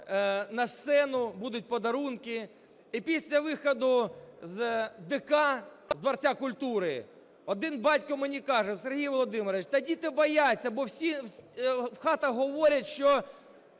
на сцену, будуть подарунки". І після виходу з ДК, з дворца культури, один батько мені каже: "Сергій Володимирович, та діти бояться, бо всі в хатах говорять, що